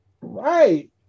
Right